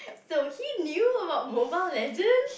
so he knew about Mobile Legend